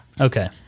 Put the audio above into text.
Okay